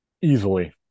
Easily